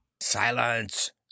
silence